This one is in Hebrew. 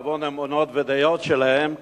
בעוון אמונות ודעות שלהם,